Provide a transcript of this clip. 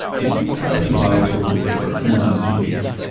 if you tried to buy toilet paper in the last few weeks,